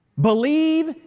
Believe